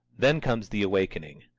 then comes the awakening.